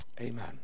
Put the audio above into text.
Amen